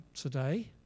today